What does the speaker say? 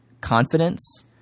confidence